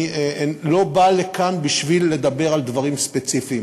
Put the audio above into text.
אני לא בא לכאן בשביל לדבר על דברים ספציפיים,